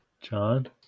John